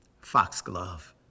foxglove